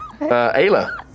Ayla